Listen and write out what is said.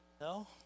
No